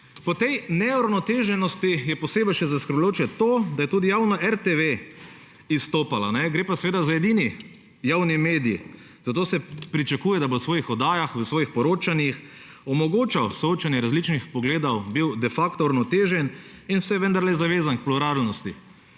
Pri tej neuravnoteženosti je še posebej zaskrbljujoče to, da je tudi javna RTV izstopala. Gre pa seveda za edini javni medij, zato se pričakuje, da bo v svojih oddajah, v svojih poročanjih omogočal soočenje različnih pogledov, bil de facto uravnotežen, saj je vendarle zavezan k pluralnosti